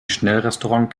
schnellrestaurant